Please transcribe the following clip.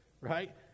right